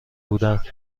بودند